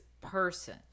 person